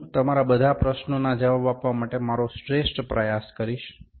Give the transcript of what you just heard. હું તમારા બધા પ્રશ્નોના જવાબ આપવા માટે મારા શ્રેષ્ઠ પ્રયાસ કરીશ